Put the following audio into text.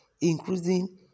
including